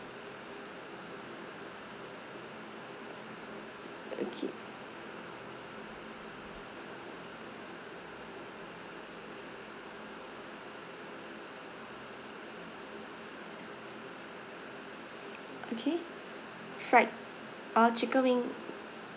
okay okay fried oh chicken wing